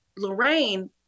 Lorraine